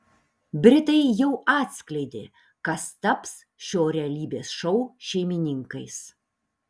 britai jau atskleidė kas taps šio realybės šou šeimininkais